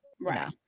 Right